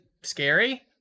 scary